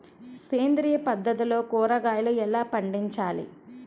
సేంద్రియ పద్ధతిలో కూరగాయలు ఎలా పండించాలి?